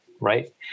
right